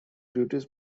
duties